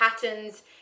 patterns